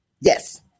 Yes